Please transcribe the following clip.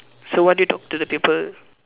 so what did you talk to the people